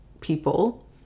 people